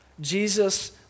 Jesus